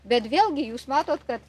bet vėlgi jūs matot kad